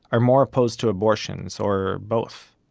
are more opposed to abortions, or both.